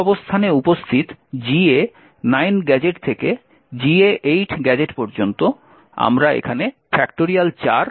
এই অবস্থানে উপস্থিত GA 9 গ্যাজেট থেকে GA 8 গ্যাজেট পর্যন্ত আমরা এখানে 4